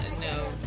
no